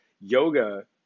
yoga